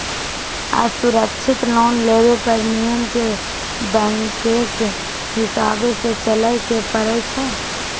असुरक्षित लोन लेबे पर नियम के बैंकके हिसाबे से चलेए के परइ छै